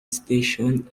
station